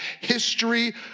history